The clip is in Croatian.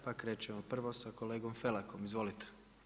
Pa krećemo prvo sa kolegom Felakom, izvolite.